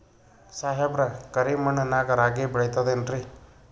ಸಾಹೇಬ್ರ, ಕರಿ ಮಣ್ ನಾಗ ರಾಗಿ ಬೆಳಿತದೇನ್ರಿ?